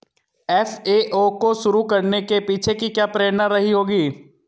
FAO को शुरू करने के पीछे की क्या प्रेरणा रही होगी?